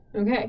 Okay